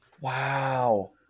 Wow